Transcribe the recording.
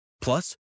Plus